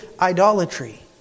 idolatry